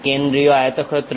কেন্দ্রীয় আয়তক্ষেত্র